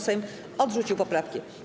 Sejm odrzucił poprawki.